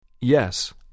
Yes